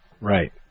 Right